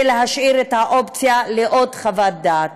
ולהשאיר את האופציה של עוד חוות דעת.